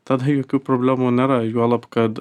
tada jokių problemų nėra juolab kad